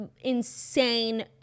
insane